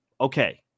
Okay